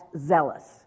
zealous